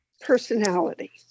personality